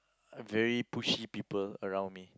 very pushy people around me